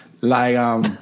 Like-um